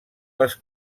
les